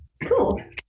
cool